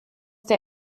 der